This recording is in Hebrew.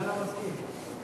סגן המזכיר,